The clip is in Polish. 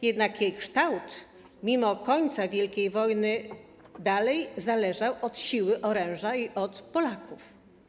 Jednak jej kształt mimo końca Wielkiej Wojny dalej zależał od siły oręża i od Polaków.